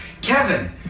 Kevin